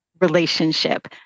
relationship